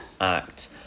act